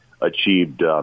achieved